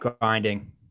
grinding